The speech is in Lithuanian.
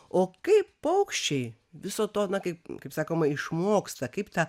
o kaip paukščiai viso to na kaip kaip sakoma išmoksta kaip tą